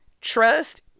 Trust